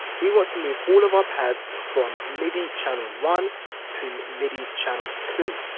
we want to move all of our pads from midi channel one to midi channel two.